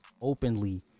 openly